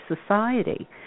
society